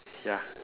ya